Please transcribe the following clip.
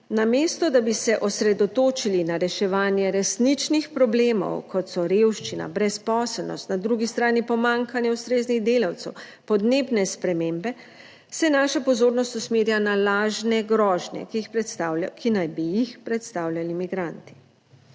Namesto, da bi se osredotočili na reševanje resničnih problemov, kot so revščina, brezposelnost, na drugi strani pomanjkanje ustreznih delavcev, podnebne spremembe se naša pozornost usmerja na lažne grožnje, ki naj bi jih predstavljali migranti.